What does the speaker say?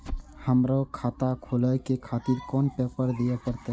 हमरो खाता खोले के खातिर कोन पेपर दीये परतें?